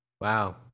wow